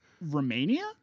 Romania